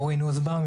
אורי נוסבאום,